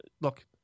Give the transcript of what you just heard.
Look